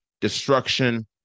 destruction